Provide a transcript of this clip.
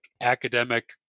academic